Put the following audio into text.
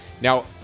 Now